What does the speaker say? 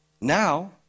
Now